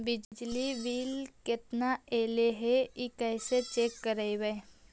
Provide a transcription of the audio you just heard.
बिजली के बिल केतना ऐले हे इ कैसे चेक करबइ?